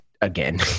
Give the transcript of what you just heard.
again